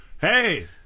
Hey